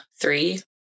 three